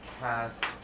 cast